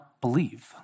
believe